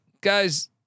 guys